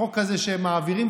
בחוק הזה שהם מעבירים,